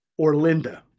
Orlinda